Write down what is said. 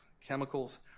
chemicals